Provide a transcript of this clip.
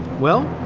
well,